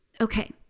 Okay